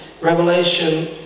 Revelation